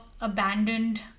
abandoned